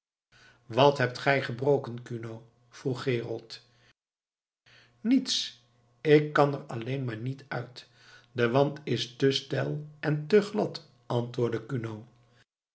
wat hebt gij gebroken kuno vroeg gerold niets ik kan er alleen maar niet uit de wand is te steil en te glad antwoordde kuno